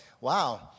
wow